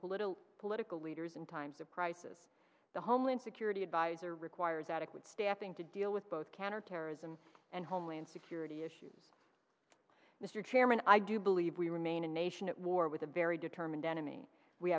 political political leaders in times of crisis the homeland security adviser requires adequate staffing to deal with both counterterrorism and homeland security issues mr chairman i do believe we remain a nation at war with a very determined enemy we